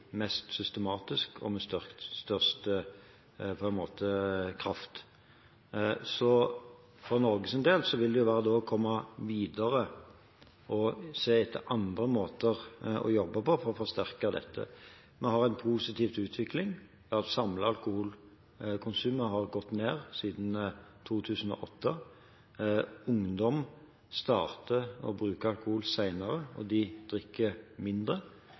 mest systematisk, og med størst kraft. Så for Norges del vil det da være å komme videre og se etter andre måter å jobbe på for å forsterke dette. Vi har en positiv utvikling ved at samlet alkoholkonsum har gått ned siden 2008. Ungdom starter med å bruke alkohol senere, og de drikker mindre.